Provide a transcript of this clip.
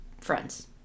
friends